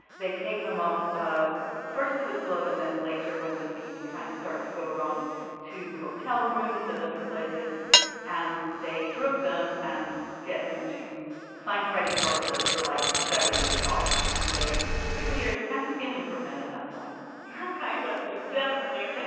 they take them off ah first to the club and then later when the scheme kind of starts to go wrong two hotel rooms and other places and they drug them and get them to sign credit card slips for like thousands of dollars. and they really are kind of stealing from men at that point kind of they definitely are